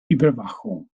überwachung